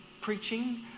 preaching